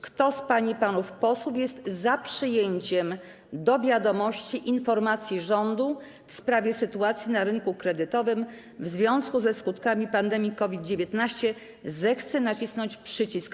Kto z pań i panów posłów jest za przyjęciem do wiadomości informacji rządu w sprawie sytuacji na rynku kredytowym w związku ze skutkami pandemii COVID-19, zechce nacisnąć przycisk.